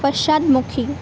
পশ্চাদমুখী